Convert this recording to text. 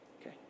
Okay